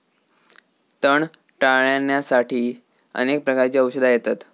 तण टाळ्याण्यासाठी अनेक प्रकारची औषधा येतत